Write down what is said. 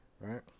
Right